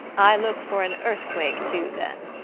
i look for an earthquake too then.